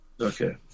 Okay